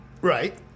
right